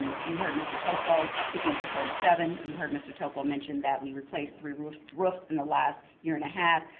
you heard mr. tocco speaking to thirty seven, you heard mr. tocco mention that we replaced three roofs roofs in the last year and a half,